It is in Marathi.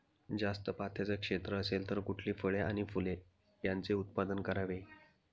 जास्त पात्याचं क्षेत्र असेल तर कुठली फळे आणि फूले यांचे उत्पादन करावे?